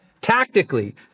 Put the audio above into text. tactically